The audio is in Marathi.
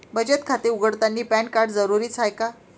बचत खाते उघडतानी पॅन कार्ड जरुरीच हाय का?